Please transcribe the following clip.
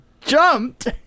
jumped